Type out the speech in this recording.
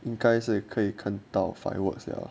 因该是可以看到 fireworks ya